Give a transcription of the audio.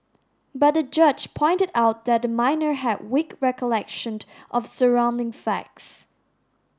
but the judge pointed out that the minor had weak recollection of surrounding facts